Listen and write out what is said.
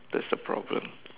that's the problem